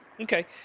Okay